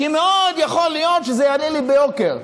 כי מאוד יכול להיות שזה יעלה לי ביוקר,